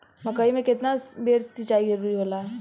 मकई मे केतना बेर सीचाई जरूरी होला?